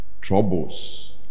troubles